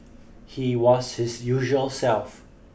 he was his usual self